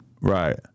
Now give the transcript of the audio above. right